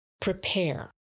Prepare